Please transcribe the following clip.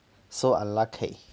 so unlucky